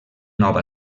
nova